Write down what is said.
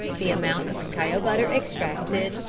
the amount of cacao butter extracted,